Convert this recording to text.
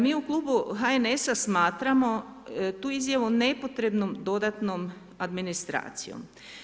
Mi u klubu HNS-a smatramo tu izjavu nepotrebnom dodatnom administracijom.